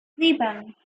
sieben